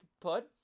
put